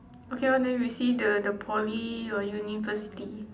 okay lor then we see the the poly or university